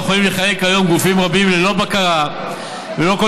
יכולים להיכלל כיום גופים רבים ללא בקרה וללא כל